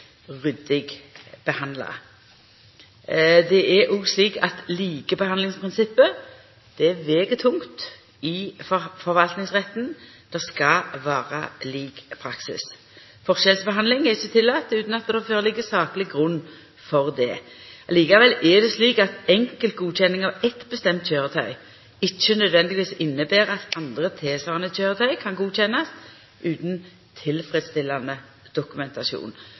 ryddig behandla. Det er òg slik at likebehandlingsprinsippet veg tungt i forvaltingsretten. Det skal vera lik praksis. Forskjellsbehandling er ikkje tillate utan at det ligg føre sakleg grunn for det. Likevel er det slik at enkeltgodkjenning av eitt bestemt køyretøy ikkje nødvendigvis inneber at andre tilsvarande køyretøy kan godkjennast utan tilfredsstillande dokumentasjon.